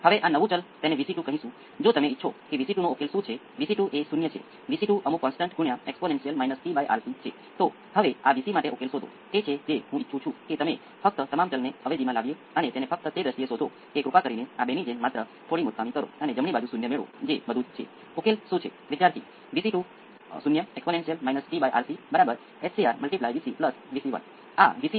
હવે આપણી પાસે જટિલ જોડાણના ઉકેલ છે આપણી પાસે p 1 અને p 2 કેટલાક રીઅલ ભાગ માઇનસ j × સમાન કાલ્પનિક ભાગ અને રીઅલ ભાગ માઇનસ R બાય L હશે તમે જે કાલ્પનિક ભાગ જાણો છો તે આ માટે અભિવ્યક્તિ માઇનસ j × વર્ગમૂળમાં 1 ભાગ્યા LC minus R by 2 L વર્ગ થશે